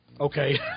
Okay